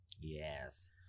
Yes